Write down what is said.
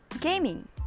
gaming